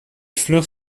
fleurs